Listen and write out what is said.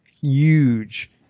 huge